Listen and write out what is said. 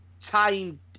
time